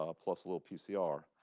ah plus a little pcr.